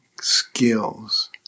skills